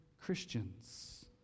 Christians